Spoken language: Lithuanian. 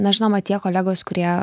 na žinoma tie kolegos kurie